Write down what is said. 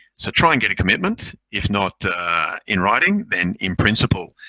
so try and get a commitment. if not in writing, then in principle